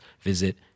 visit